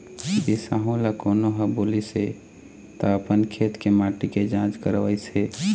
बिसाहू ल कोनो ह बोलिस हे त अपन खेत के माटी के जाँच करवइस हे